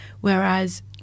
whereas